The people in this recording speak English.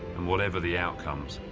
and whatever the outcomes,